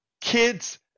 kids